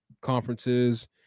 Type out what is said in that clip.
conferences